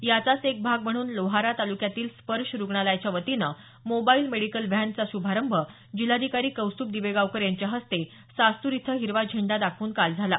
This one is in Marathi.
याचाच एक भाग म्हणून लोहारा तालुक्यातील स्पशे रुग्णालयाच्या वतीनं मोबाईल मेडिकल व्हॅनचा शुभारंभ जिल्हाधिकारी कौस्तुभ दिवेगावकर यांच्या हस्ते सास्त्र इथं हिरवा झेंडा दाखवून काल झाला